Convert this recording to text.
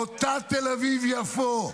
באותה תל אביב יפו,